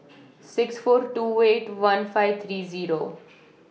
six four two Way two one five three Zero